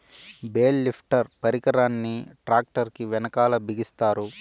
bale lifter పరికరాన్ని tractor కీ వెనకాల బిగిస్తారు